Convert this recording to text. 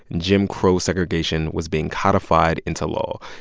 and jim crow segregation was being codified into law.